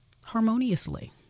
harmoniously